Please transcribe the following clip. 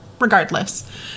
regardless